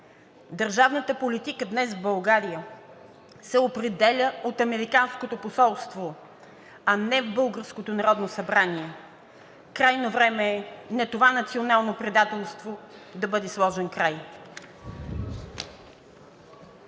Държавната политика днес в България се определя от Американското посолство, а не в българското Народно събрание. Крайно време е на това национално предателство да бъде сложен край.